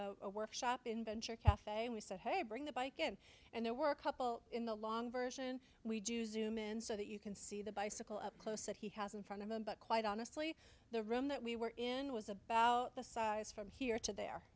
a workshop in venture cafe and we said hey bring the bike in and there were a couple in the long version we do zoom in so that you can see the bicycle up close that he has and front of him but quite honestly the room that we were in was about the size from here to there